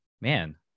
man